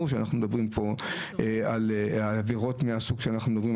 אבל כשאנחנו מדברים על עבירות תעבורה,